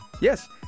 Yes